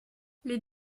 les